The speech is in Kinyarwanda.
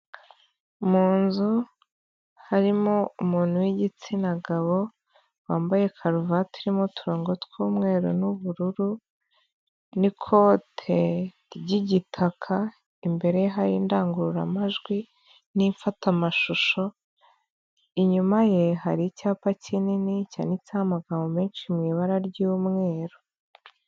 Mu nzu harimo umuntu w'igitsina gabo wambaye karuvati irimo uturongo tw'umweru n'ubururu n'ikote ry'igitaka imbere hari indangururamajwi n'imfatamashusho inyuma ye hari icyapa kinini cyanditseho amagambo menshi mu ibara ry'umweru.